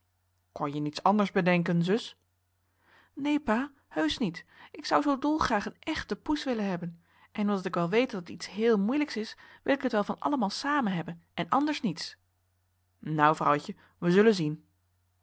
kon je niets anders bedenken zus neen pa heusch niet ik zou zoo dol graag een echte poes willen hebben en omdat ik wel weet dat het iets heel moeilijks is wil ik het wel van allemaal samen hebben en anders niets nou vrouwtje we zullen zien